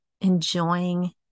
enjoying